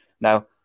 Now